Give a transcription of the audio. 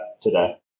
today